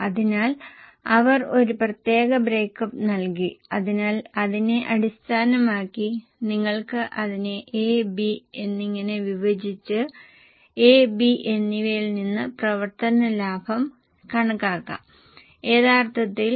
ഇപ്പോൾ അവർ ഞങ്ങൾക്ക് മൊത്തം വിൽപ്പന മെട്രിക് ടണ്ണിൽ തന്നിട്ടുണ്ട് ഞങ്ങൾ അത് സൂചിപ്പിക്കാം കാരണം ഞങ്ങൾ യൂണിറ്റിന് 124 ലക്ഷം മെട്രിക് ടൺ ചെലവ് കണക്കാക്കാൻ ആഗ്രഹിക്കുന്നു